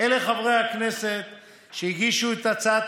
אלה חברי הכנסת שהגישו את הצעת